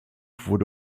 wurde